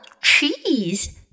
Cheese